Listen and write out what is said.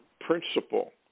principle